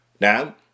Now